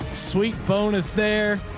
sweet bonus. there,